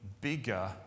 bigger